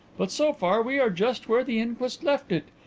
but so far we are just where the inquest left it,